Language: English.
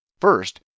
First